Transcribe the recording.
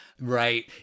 Right